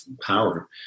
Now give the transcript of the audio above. power